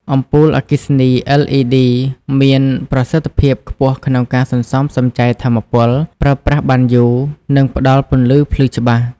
អំពូលអគ្គិសនី LED មានប្រសិទ្ធភាពខ្ពស់ក្នុងការសន្សំសំចៃថាមពល ប្រើប្រាស់បានយូរ និងផ្តល់ពន្លឺភ្លឺច្បាស់។